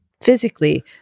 Physically